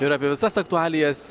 ir apie visas aktualijas